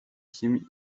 chemie